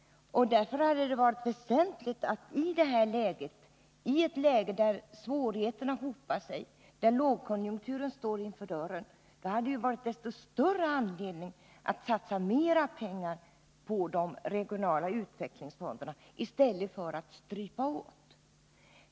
Därför hade det i det här läget, då svårigheterna hopar sig och då lågkonjunkturen står för dörren, funnits desto större anledning att satsa mera pengar på de regionala utvecklingsfonderna i stället för att strypa åt.